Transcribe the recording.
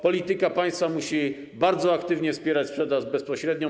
Polityka państwa musi bardzo aktywnie wspierać sprzedaż bezpośrednią.